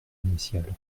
initial